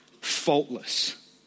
faultless